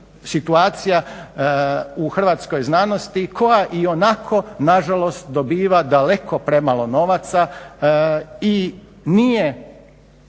situacija u hrvatskoj znanosti koja ionako nažalost dobiva daleko premalo novaca i nije